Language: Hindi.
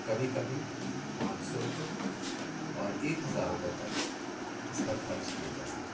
कभी कभी पाँच सौ रुपये और एक हज़ार रुपये तक इस पर खर्च किया जा सकता है